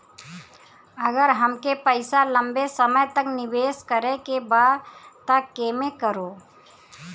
अगर हमके पईसा लंबे समय तक निवेश करेके बा त केमें करों?